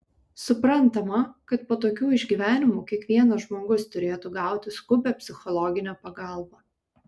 suprantama kad po tokių išgyvenimų kiekvienas žmogus turėtų gauti skubią psichologinę pagalbą